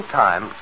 time